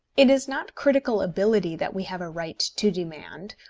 it is not critical ability that we have a right to demand,